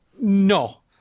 No